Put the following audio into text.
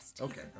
Okay